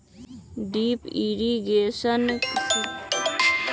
Drip irrigation सिंचाई करेला कौन सा मोटर के उपयोग करियई?